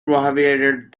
prohibited